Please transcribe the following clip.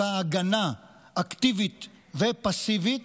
אותה הגנה אקטיבית ופסיבית,